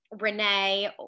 Renee